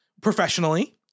professionally